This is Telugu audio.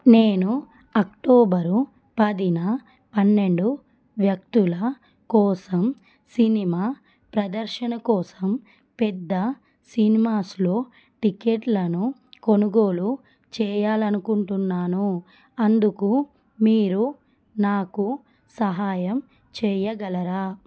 నేను అక్టోబరు పదిన పన్నెండు వ్యక్తుల కోసం సినిమా ప్రదర్శన కోసం పెద్ద సినిమాస్లో టిక్కెట్లను కొనుగోలు చేయాలని అనుకుంటున్నాను అందుకు మీరు నాకు సహాయం చేయగలరా